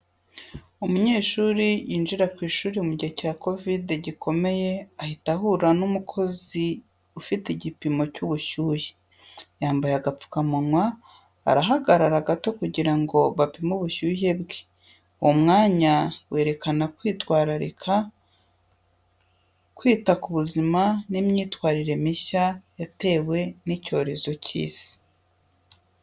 Umunyeshuri yinjira ku ishuri mu gihe cya Covid gikomeye, ahita ahura n’umukozi ufite igipimisho cy’ubushyuhe. Yambaye agapfukamunwa, arahagarara gato kugira ngo bapime ubushyuhe bwe. Uwo mwanya werekana kwitwararika, kwita ku buzima, n’imyitwarire mishya yatewe n’icyorezo cy’isi.